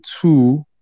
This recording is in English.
two